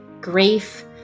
Grief